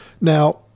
Now